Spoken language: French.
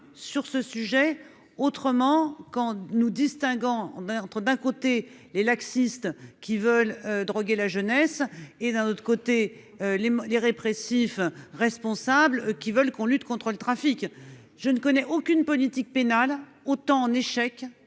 sur ce sujet, autrement qu'en distinguant entre, d'un côté, les laxistes qui veulent droguer la jeunesse et, de l'autre, les répressifs responsables qui veulent lutter contre le trafic. Je ne connais aucune politique pénale qui soit autant en échec